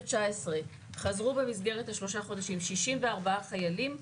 ב-2019 חזרו במסגרת ה-3 חודשים 64 חיילים,